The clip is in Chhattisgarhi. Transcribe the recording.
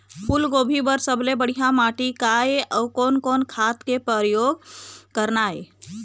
फूलगोभी बर सबले बढ़िया माटी का ये? अउ कोन कोन खाद के प्रयोग करना ये?